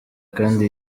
kandi